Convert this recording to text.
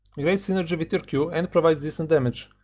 great synergy with your q and provides decent damage,